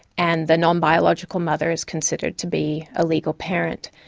and the non-biological mother is considered to be a legal parent.